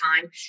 time